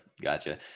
gotcha